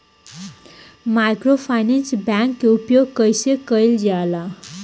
Microfinance bank के उपयोग कइसे कइल जाला?